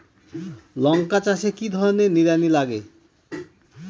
লঙ্কা চাষে কি ধরনের নিড়ানি লাগে?